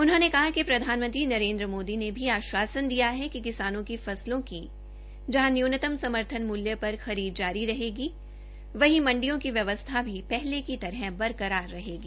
उन्होंने कहा कि प्रधानमंत्री नरेन्द्र मोदी ने भी आश्वासन दिया कि किसानों की फसलों की जहां न्यूनतम समर्थन मूल्य पर खरीद जारी रहेगी वहीं मंडियो की व्यवसथा भी पहले तरह बरकरार रहेगी